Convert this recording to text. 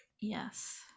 Yes